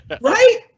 Right